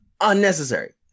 Unnecessary